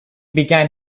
began